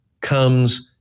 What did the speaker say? comes